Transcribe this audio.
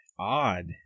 odd